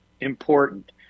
important